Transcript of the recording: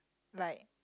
like